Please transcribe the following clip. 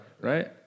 right